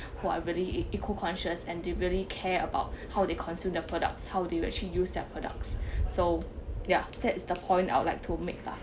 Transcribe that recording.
who are really eco-conscious and they really care about how they consume their products how do you actually use their products so ya that is the point I would like to make ah